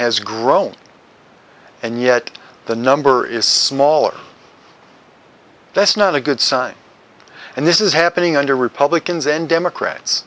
has grown and yet the number is smaller that's not a good sign and this is happening under republicans and democrats